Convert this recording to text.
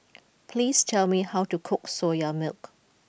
please tell me how to cook Soya Milk